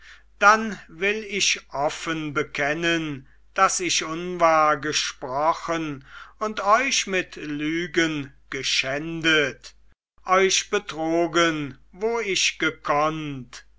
dann will ich offen bekennen daß ich unwahr gesprochen und euch mit lügen geschändet euch betrogen wo ich gekonnt